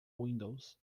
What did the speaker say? windows